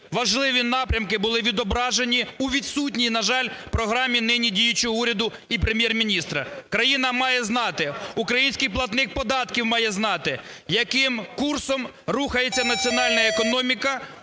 важливі напрямки були відображені у відсутній, на жаль, програмі нині діючого уряду і Прем'єр-міністра. Країна має знати, український платник має знати, яким курсом рухається національна економіка,